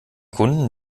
kunden